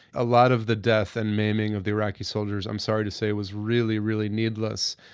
a lot of the death and maiming of the iraqi soldiers, i'm sorry to say, was really, really needless.